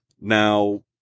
now